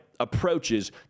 approaches